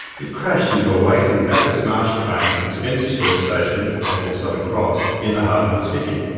it crashed into a waiting bacchus marsh train at spencer street station, now called southern cross, in the heart of the city.